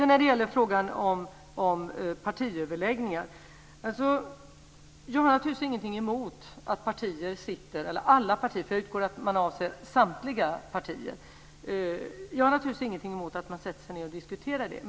När det gäller partiöverläggningar har jag naturligtvis ingenting emot att alla partier - jag utgår ifrån att man avser samtliga partier - sätter sig ned och diskuterar detta.